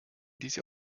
diese